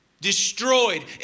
destroyed